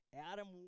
Adam